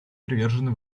привержено